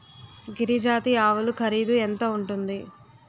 గిరి జాతి ఆవులు ఖరీదు ఎంత ఉంటుంది?